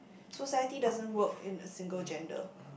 society doesn't work in a single gender